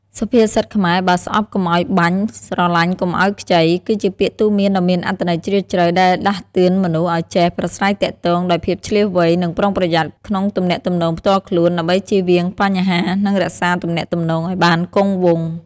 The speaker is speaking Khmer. សុភាសិតខ្មែរ"បើស្អប់កុំឲ្យបាញ់ ស្រឡាញ់កុំឲ្យខ្ចី" គឺជាពាក្យទូន្មានដ៏មានអត្ថន័យជ្រាលជ្រៅ ដែលដាស់តឿនមនុស្សឲ្យចេះប្រាស្រ័យទាក់ទងដោយភាពឈ្លាសវៃ និងប្រុងប្រយ័ត្នក្នុងទំនាក់ទំនងផ្ទាល់ខ្លួន ដើម្បីជៀសវាងបញ្ហា និងរក្សាទំនាក់ទំនងឲ្យបានគង់វង្ស។